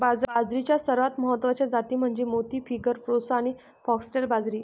बाजरीच्या सर्वात महत्वाच्या जाती म्हणजे मोती, फिंगर, प्रोसो आणि फॉक्सटेल बाजरी